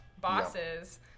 bosses